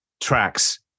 tracks